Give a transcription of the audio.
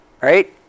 Right